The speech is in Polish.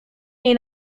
niej